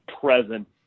present